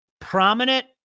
prominent